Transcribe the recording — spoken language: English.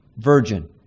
virgin